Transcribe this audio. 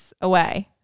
away